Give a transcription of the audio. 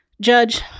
Judge